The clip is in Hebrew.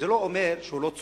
זה לא אומר שהוא לא צודק.